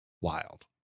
wild